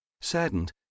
Saddened